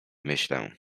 myślę